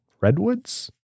Redwoods